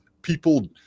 People